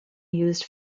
used